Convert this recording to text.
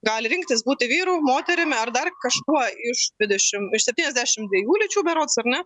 gali rinktis būti vyru moterimi ar dar kažkuo iš dvidešim iš septyniasdešim dviejų lyčių berods ar ne